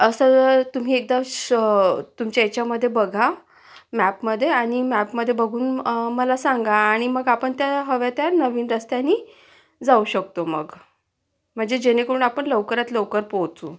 असं तुम्ही एकदा श तुमच्या याच्यामध्ये बघा मॅपमधे आणि मॅपमधे बघून मला सांगा आणि मग आपण त्या हव्या त्या नवीन रस्त्याने जाऊ शकतो मग म्हणजे जेणेकरून आपण लवकरात लवकर पोहोचू